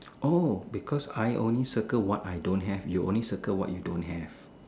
oh because I only circle what I don't have you only circle what you don't have